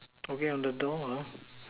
okay on the door